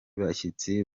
bashyitsi